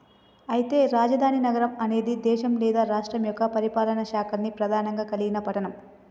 అయితే రాజధాని నగరం అనేది దేశం లేదా రాష్ట్రం యొక్క పరిపాలనా శాఖల్ని ప్రధానంగా కలిగిన పట్టణం